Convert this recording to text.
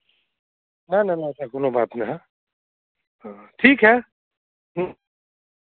नहीं नहीं नहीं ऐसा कौनो बात नहीं है हाँ ठीक है ह्म्म